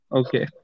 okay